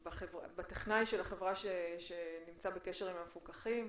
טכנאי של החברה שנמצא בקשר עם המפוקחים,